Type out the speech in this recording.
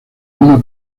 una